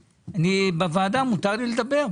בוועדה מותר לי לדבר.